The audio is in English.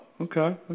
okay